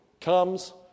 comes